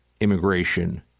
immigration